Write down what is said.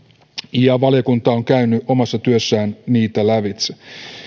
ja valiokunta on käynyt omassa työssään niitä lävitse